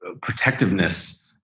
protectiveness